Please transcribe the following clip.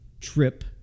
trip